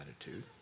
attitude